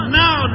now